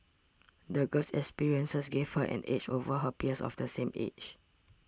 the girl's experiences gave her an edge over her peers of the same age